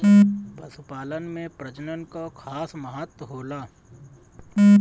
पशुपालन में प्रजनन कअ खास महत्व होला